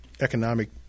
economic